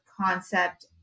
concept